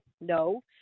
No